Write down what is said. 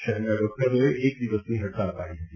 શહેરના ડૉક્ટરોએ એક દિવસની હડતાલ પાડી હતી